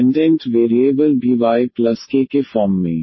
dependent variable भी Y k के form में